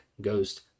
ghost